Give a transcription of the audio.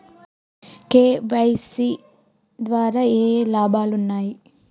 KYC ద్వారా ఏఏ లాభాలు ఉంటాయి?